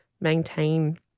maintain